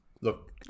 look